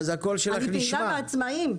אני פעילה בעצמאים.